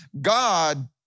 God